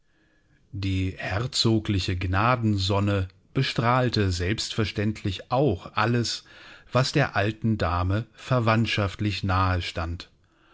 die herzogliche gnadensonne bestrahlte selbstverständlich auch alles was der alten dame verwandtschaftlich nahe stand